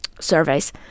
surveys